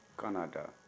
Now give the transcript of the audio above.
Canada